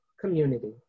community